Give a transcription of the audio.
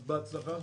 בהצלחה.